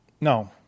no